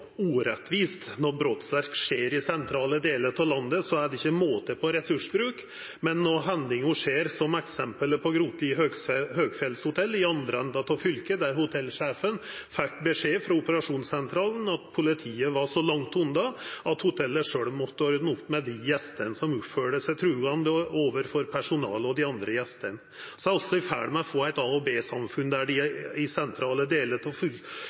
urettvist. Når brotsverk skjer i sentrale deler av landet, er det ikkje måte på ressursbruk, men ikkje når hendingar skjer i andre enden av fylket, som i eksempelet på Grotli Høyfjellshotell, der hotellsjefen fekk beskjed frå operasjonssentralen at politiet var så langt unna at hotellet sjølv måtte ordna opp med dei gjestane som oppførte seg truande overfor personalet og dei andre gjestane. Vi er altså i ferd med å få eit A- og B-samfunn, der dei i sentrale delar av